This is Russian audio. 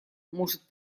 может